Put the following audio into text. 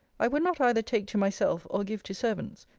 i would not either take to myself, or give to servants,